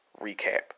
Recap